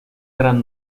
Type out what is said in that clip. gran